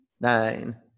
nine